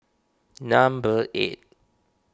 number eight